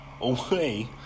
Away